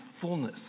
fullness